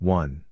one